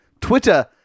Twitter-